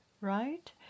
right